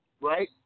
Right